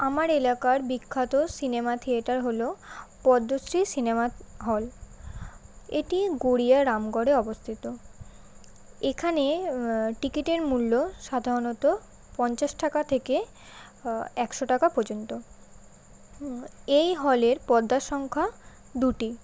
আমার এলাকার বিখ্যাত সিনেমা থিয়েটার হলো পদ্মশ্রী সিনেমা হল এটি গড়িয়া রামগড়ে অবস্থিত এখানে টিকিটের মূল্য সাধারণত পঞ্চাশ টাকা থেকে একশো টাকা পর্যন্ত এই হলের পর্দার সংখ্যা দুটি